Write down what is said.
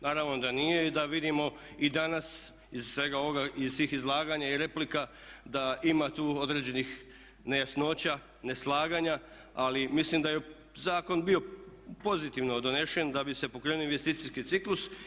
Naravno da nije i da vidimo i danas iz svega ovoga, iz svih izlaganja i replika da ima tu određenih nejasnoća, neslaganja ali mislim da je zakon bio pozitivno donesen da bi se pokrenuo investicijski ciklus.